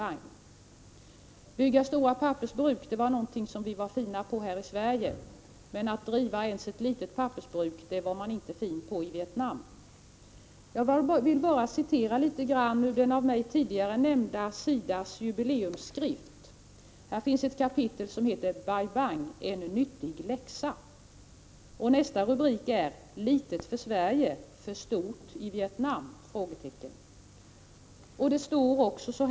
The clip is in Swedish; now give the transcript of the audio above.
Att bygga stora pappersbruk var vi bra på här i Sverige, men att driva ens ett litet pappersbruk var man inte bra på i Vietnam. Jag vill citera litet ur den av mig tidigare nämnda SIDA:s jubileumsskrift. Här finns ett kapitel som heter ”Bai Bang — en nyttig läxa”. En rubrik lyder: ”Litet för Sverige, för stort i Vietnam?” I rapporten står följande: Prot.